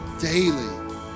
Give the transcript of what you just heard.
daily